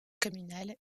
communal